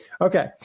Okay